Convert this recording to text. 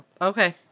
Okay